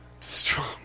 Strong